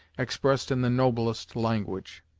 expressed in the noblest language.